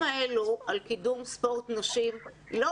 ולנשים 750,000 שקל.